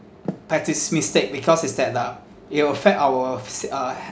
petty mistake because it's that uh it'll affect our s~ uh habit